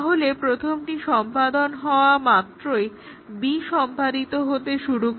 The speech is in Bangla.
তাহলে প্রথমটি সম্পাদন সম্পন্ন হওয়া মাএই b সম্পাদিত হতে শুরু করে